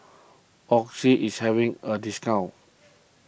Oxy is having a discount